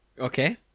Okay